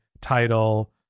title